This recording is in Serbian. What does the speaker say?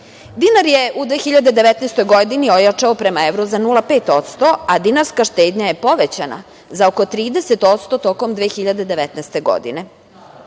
je u 2019. godini ojačao prema evru za 0,5%, a dinarska štednja je povećana za oko 30% tokom 2019. godine.